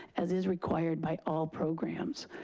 as is required by all programs.